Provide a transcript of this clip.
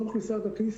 לא מכניסה יד לכיס,